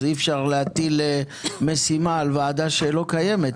אז אי אפשר להטיל משימה על ועדה שלא קיימת.